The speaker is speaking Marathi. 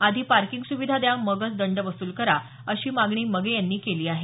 आधी पार्किंग सुविधा द्या मगच दंड वसुल करा अशी मागणी मगे यांनी केली आहे